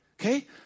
okay